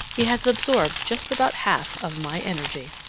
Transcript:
he has absorbed just about half of my energy.